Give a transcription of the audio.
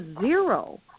zero